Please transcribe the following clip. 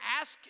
ask